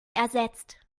ersetzt